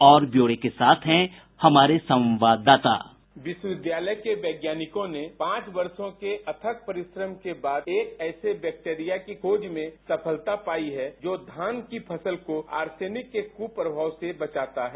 और ब्यौरे के साथ हैं हमारे संवाददाता बाईट विश्वविद्यालय के वैज्ञानिकों ने पांच वर्षो के अथक परिश्रम के बाद एक ऐसे बैक्टीरिया की खोज में सफलता पायी है जो धान की फसल को आर्सेनिक के कुप्रमाव से बचाता है